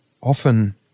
often